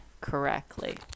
correctly